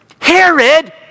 Herod